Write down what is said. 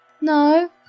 no